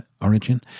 origin